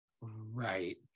Right